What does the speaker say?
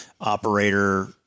operator